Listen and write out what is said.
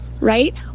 right